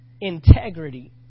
integrity